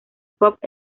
pop